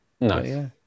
Nice